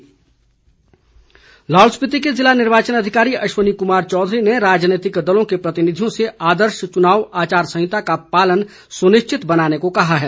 DC Lahaul Lahaul Spiti के जिला निर्वाचन अधिकारी अश्वनी कुमार चौधरी ने राजनीतिक दलों के प्रतिनिधियों से आदर्श चुनाव आचार संहिता का पालन सुनिश्चित बनाने को कहा है